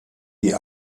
die